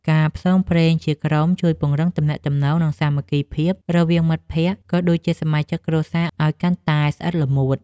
ការផ្សងព្រេងជាក្រុមជួយពង្រឹងទំនាក់ទំនង និងសាមគ្គីភាពរវាងមិត្តភក្តិ ក៏ដូចជាសមាជិកគ្រួសារឱ្យកាន់តែស្អិតល្មួត។